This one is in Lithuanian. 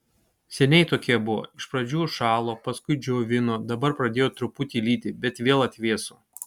seniai tokie buvo iš pradžių šalo paskui džiovino dabar pradėjo truputį lyti bet vėl atvėso